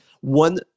one